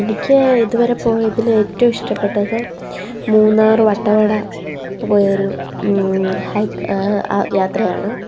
എനിക്ക് ഇതുവരെ പോയതിൽ ഏറ്റവും ഇഷ്ടപ്പെട്ടത് മൂന്നാർ വട്ടവട പോയ ഒരു ഹൈക്ക് യാത്രയാണ്